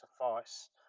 suffice